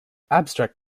abstract